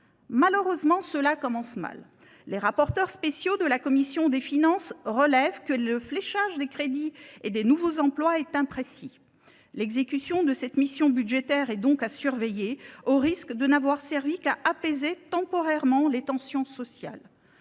Malheureusement, cela commence mal : les rapporteurs spéciaux de la commission des finances relèvent que le fléchage des crédits et des nouveaux emplois est imprécis. L’exécution de cette mission budgétaire est donc à surveiller, car elle risque de n’avoir servi qu’à apaiser temporairement les tensions sociales.